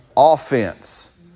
Offense